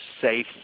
safe